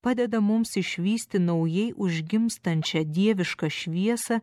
padeda mums išvysti naujai užgimstančią dievišką šviesą